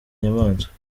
inyamaswa